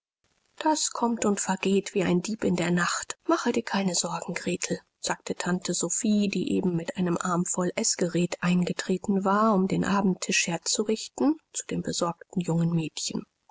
das kommt und vergeht wie ein dieb in der nacht mache dir keine sorgen gretel sagte tante sophie die eben mit einem arm voll eßgerät eingetreten war um den abendtisch herzurichten zu dem besorgten jungen mädchen